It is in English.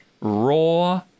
raw